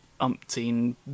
umpteen